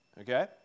okay